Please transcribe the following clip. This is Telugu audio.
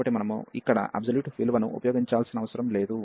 కాబట్టి మనము ఇక్కడ అబ్సొల్యూట్ విలువను ఉపయోగించాల్సిన అవసరం లేదు